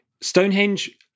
Stonehenge